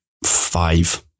five